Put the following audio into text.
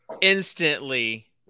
instantly